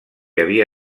havia